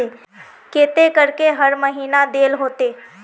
केते करके हर महीना देल होते?